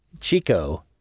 Chico